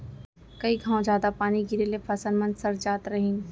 कई घौं जादा पानी गिरे ले फसल मन सर जात रहिन